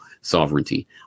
sovereignty